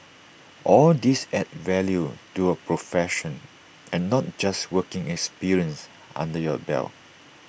all these add value to your profession and not just working experience under your belt